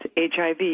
HIV